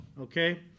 okay